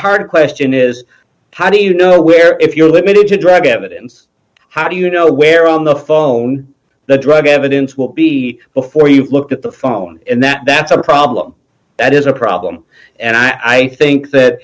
harder question is how do you you know we're if you're limited to drug evidence how do you know where on the phone the drug evidence will be before you've looked at the phone and that that's a problem that is a problem and i think that